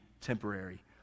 temporary